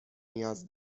نیاز